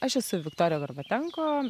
aš esu viktorija gorbatenko